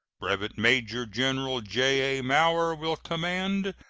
brevet major-general j a. mower, will command,